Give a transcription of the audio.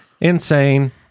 insane